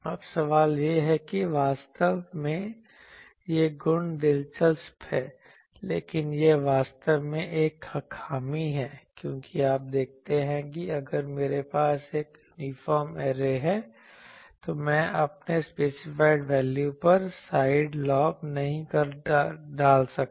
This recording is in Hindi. अब सवाल यह है कि वास्तव में ये गुण दिलचस्प हैं लेकिन यह वास्तव में एक खामी है क्योंकि आप देखते हैं कि अगर मेरे पास एक यूनिफॉर्म ऐरे है तो मैं अपने स्पेसिफाइड वैल्यू पर साइड लॉब नहीं डाल सकता